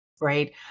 right